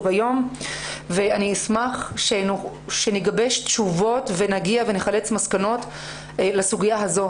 היום ואני אשמח שנגבש תשובות ונחלץ מסקנות לסוגיה הזו,